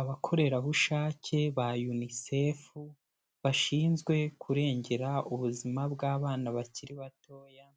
Abakorerabushake ba Yunisefu bashinzwe kurengera ubuzima bw'abana bakiri batoya